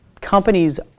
companies